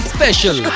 Special